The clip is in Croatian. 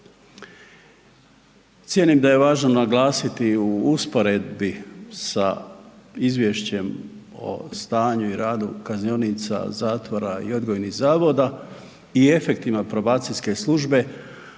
Cijenim da je važno naglasiti u usporedbi sa Izvješćem o stanju i radu kaznionica, zatvora i odgojnih zavoda i efektivno probacijske službe